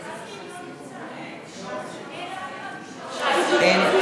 התשע"ו 2016, עברה בקריאה טרומית